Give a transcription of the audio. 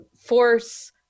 force